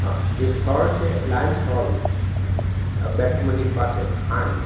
હા એ સ્થળ છે લાયન્સ હોલ બેઠક મંદિર પાસે આણંદમાં